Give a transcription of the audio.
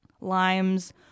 Lime's